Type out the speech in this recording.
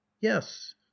Yes